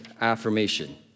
affirmation